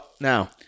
Now